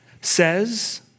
says